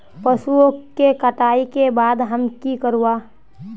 पशुओं के कटाई के बाद हम की करवा?